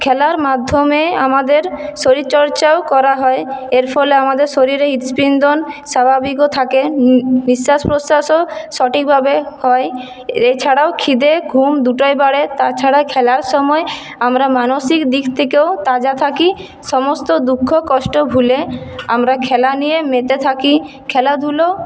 খেলার মাধ্যমে আমাদের শরীরচর্চাও করা হয় এর ফলে আমাদের শরীরে হৃদস্পন্দন স্বাভাবিকও থাকে নিশ্বাস প্রশ্বাসও সঠিকভাবে হয় এছাড়াও ক্ষিদে ঘুম দুটোই বাড়ে তাছাড়া খেলার সময় আমরা মানসিক দিক থেকেও তাজা থাকি সমস্ত দুঃখ কষ্ট ভুলে আমরা খেলা নিয়ে মেতে থাকি খেলাধুলো